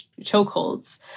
chokeholds